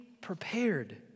prepared